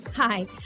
Hi